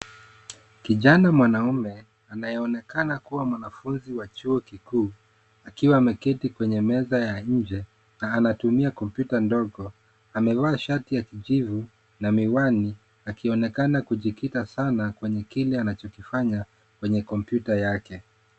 Kijana mwanaume anayeonekana kuwa mwanafunzi wa Chuo kikuu, akiwa ameketi kwenye meza ya nje na anatumia kompyuta ndogo. Amevaa shati ya kijivu na miwani. Akionekana kujikita sana kwenye kila anachofanya kwenye kompyuta yake.